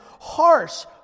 harsh